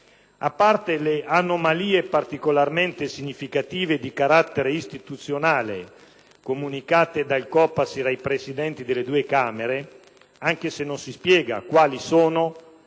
a parte le anomalie particolarmente significative di carattere istituzionale comunicate dal COPASIR ai Presidenti delle due Camere (anche se non si spiega quali sono